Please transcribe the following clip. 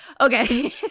okay